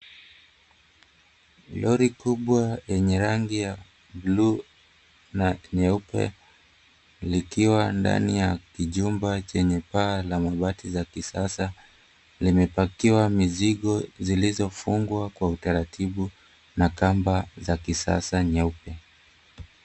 Lori kubwa yenye rangi ya buluu na nyeupe likiwa ndani ya kijumba chenye paa la mabati za kisasa limepakiwa mizigo zilizofungwa kwa utaratibu na kamba za kisasa nyeupe.